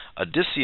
Odysseus